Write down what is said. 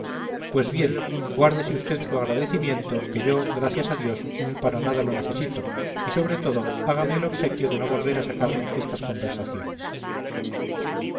pues bien guárdese usted su agradecimiento que yo gracias a dios para nada lo necesito y sobre todo hágame el obsequio de no volver a sacarme estas conversaciones